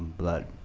blood.